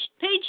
page